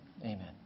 Amen